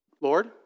Lord